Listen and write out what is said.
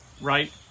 right